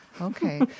Okay